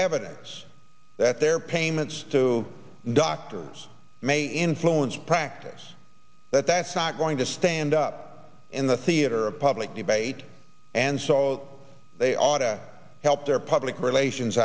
evidence that their payments to doctors may influence practice that that's not going to stand up in the theater of public debate and so they ought to help their public relations